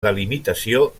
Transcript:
delimitació